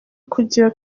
kugira